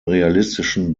realistischen